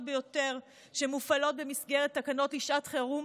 ביותר שמופעלות במסגרת תקנות לשעת חירום,